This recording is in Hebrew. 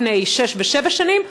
לפני שש ושבע שנים,